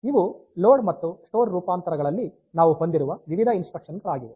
ಇವು ಲೋಡ್ ಮತ್ತು ಸ್ಟೋರ್ ರೂಪಾಂತರಗಳಲ್ಲಿ ನಾವು ಹೊಂದಿರುವ ವಿವಿಧ ಇನ್ಸ್ಟ್ರಕ್ಷನ್ ಗಳಾಗಿವೆ